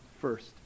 first